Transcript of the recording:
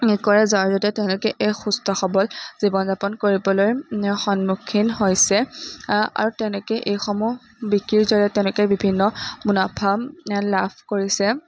কৰে যাৰ জৰিয়তে তেওঁলোকে এক সুস্থ সবল জীৱন যাপন কৰিবলৈ সন্মুখীন হৈছে আৰু তেনেকৈয়ে এইসমূহ বিক্ৰীৰ জৰিয়তে তেওঁলোকে বিভিন্ন মুনাফা লাভ কৰিছে